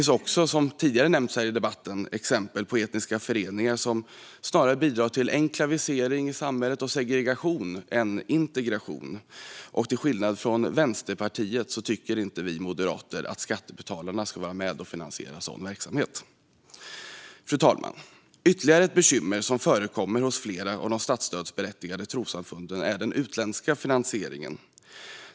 Som tidigare har nämnts i debatten finns exempel på föreningar med etnisk inriktning som snarare bidrar till enklavisering i samhället och segregation än till integration. Till skillnad från Vänsterpartiet tycker inte vi moderater att skattebetalarna ska vara med och finansiera sådan verksamhet. Fru talman! Ytterligare ett bekymmer som förekommer hos flera av de statsstödsberättigade trossamfunden är den utländska finansieringen.